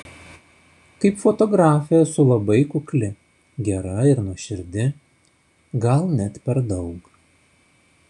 kaip fotografė esu labai kukli gera ir nuoširdi gal net per daug